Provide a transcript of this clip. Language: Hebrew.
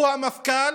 המפכ"ל.